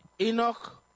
Enoch